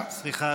סליחה,